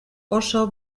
oso